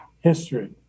history